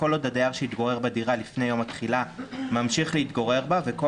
כל עוד הדייר שהתגורר בדירה לפני יום התחילה ממשיך להתגורר בה וכל